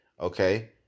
Okay